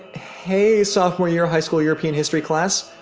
hey, sophomore year high school european history class.